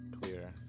clear